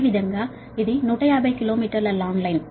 అదేవిధంగా ఇది 150 కిలో మీటర్ల లాంగ్ లైన్